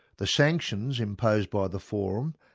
the sanctions imposed by the forum,